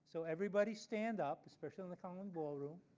so everybody stand up, especially on the colony ballroom.